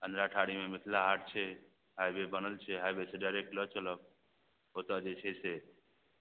अन्धराठारीमे मिथिला हाट छै हाइवे बनल छै हाइवेसँ डाइरेक्ट लअ चलब ओतऽ जे छै से